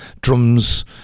drums